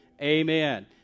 Amen